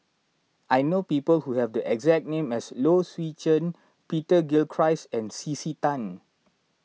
I know people who have the exact name as Low Swee Chen Peter Gilchrist and C C Tan